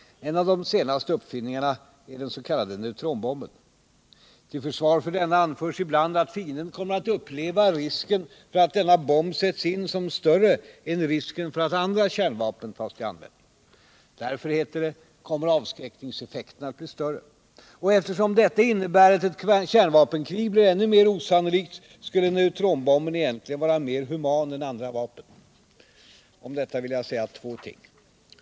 En av de senaste uppfinningarna är den s.k. neutronbomben. Till försvar för denna anförs ibland att fienden kommer att uppleva risken för att denna bomb sätts in som större än risken för att andra kärnvapen tas till användning. Därför — heter det - kommer avskräckningseffekten att bli större. Och eftersom detta innebär att ett kärnvapenkrig blir ännu mer osannolikt skulle neutronbomben egentligen vara mer human än andra vapen. Om detta vill jag säga två saker.